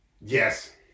Yes